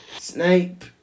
Snape